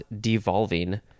devolving